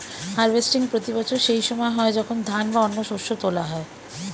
harvesting প্রতি বছর সেই সময় হয় যখন ধান বা অন্য শস্য তোলা হয়